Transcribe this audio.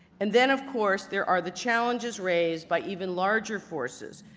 and then, of course, there are the challenges raised by even larger forces,